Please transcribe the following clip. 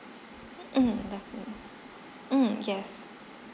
mm definitely mm yes